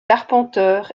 arpenteur